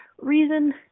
reason